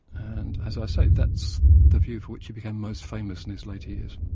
and as i say, that's the view for which he became most famous in his later years.